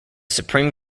supreme